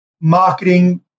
marketing